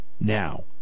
now